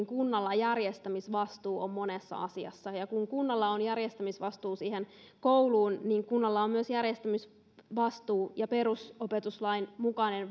kunnalla järjestämisvastuu on monessa asiassa kun kunnalla on järjestämisvastuu kouluun niin kunnalla on myös järjestämisvastuu ja perusopetuslain mukainen